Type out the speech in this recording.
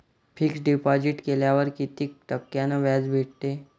Fix deposit केल्यावर कितीक टक्क्यान व्याज भेटते?